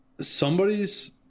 Somebody's